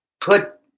Put